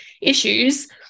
issues